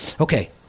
Okay